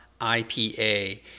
IPA